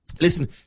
Listen